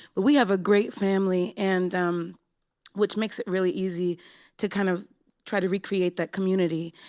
but we have a great family, and um which makes it really easy to kind of try to recreate that community.